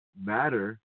matter